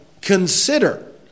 consider